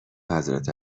حضرت